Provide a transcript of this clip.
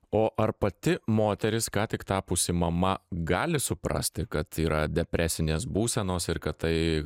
o ar pati moteris ką tik tapusi mama gali suprasti kad yra depresinės būsenos ir kad tai